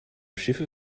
schiffe